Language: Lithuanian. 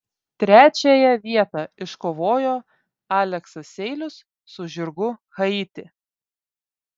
trečiąją vietą iškovojo aleksas seilius su žirgu haiti